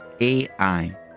AI